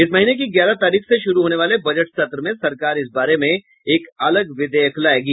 इस महीने की ग्यारह तारीख से शुरू होने वाले बजट सत्र में सरकार इस बारे में एक अलग विधेयक लायेगी